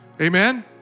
Amen